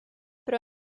però